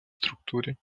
структуре